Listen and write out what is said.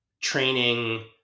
training